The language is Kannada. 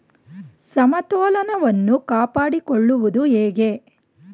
ಸಮತೋಲನವನ್ನು ಕಾಪಾಡಿಕೊಳ್ಳುವುದು ಹೇಗೆ?